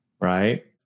right